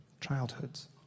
childhoods